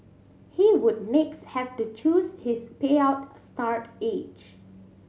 he would next have to choose his payout a start age